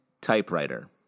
typewriter